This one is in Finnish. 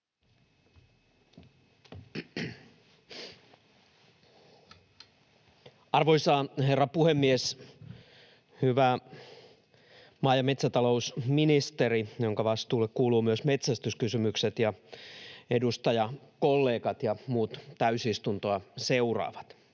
Arvoisa herra puhemies! Hyvä maa- ja metsätalousministeri, jonka vastuulle kuuluvat myös metsästyskysymykset, ja edustajakollegat ja muut täysistuntoa seuraavat!